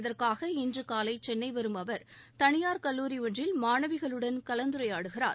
இதற்காக இன்றுகாலை சென்னை வரும் அவர் தனியார் கல்லூரி ஒன்றில் மாணவிகளுடன் கலந்துரையாடுகிறார்